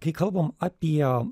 kai kalbam apie